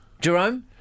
Jerome